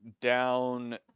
down